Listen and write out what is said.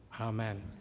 Amen